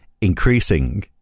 increasing